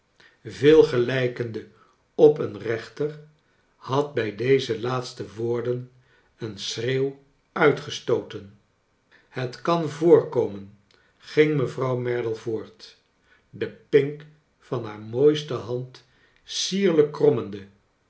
veel gelijkende op een reenter had bij deze laatste woorden een schreeuw uitgestooten het kan voorkomen ging mevrouw merdle voort de pink van haar mooiste hand sieriijk